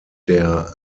der